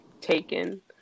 taken